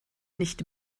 nicht